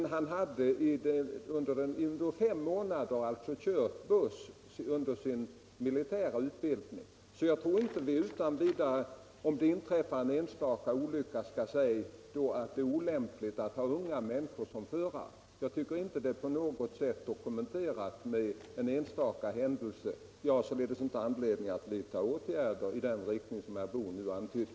Men han hade sedan under fem månader kört buss i sin militära utbildning. Om det inträffar en enstaka olycka tror jag inte att vi utan vidare skall säga att det är olämpligt att ha unga människor som förare — det är enligt min mening inte på något sätt dokumenterat genom en enstaka händelse. Jag har således inte anledning att vidta åtgärder i den riktning som herr Boo nu antytt.